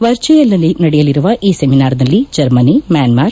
ವರ್ಚುವಲ್ನಲ್ಲಿ ನಡೆಯಲಿರುವ ಈ ಸೆಮಿನಾರ್ನಲ್ಲಿ ಜರ್ಮನಿ ಮ್ಲಾನ್ಸಾರ್